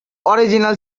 original